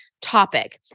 topic